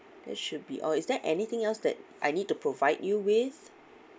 that should be all is there anything else that I need to provide you with